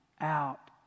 out